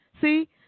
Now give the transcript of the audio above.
See